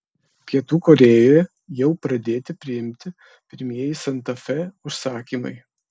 pietų korėjoje jau pradėti priimti pirmieji santa fe užsakymai